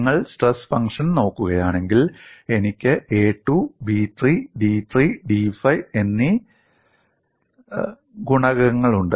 നിങ്ങൾ stress function നോക്കുകയാണെങ്കിൽ എനിക്ക് a 2 b 3 d 3 d 5 എന്നീ ഗുണകങ്ങളുണ്ട്